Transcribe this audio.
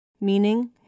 meaning